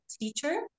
teacher